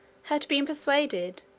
had been persuaded,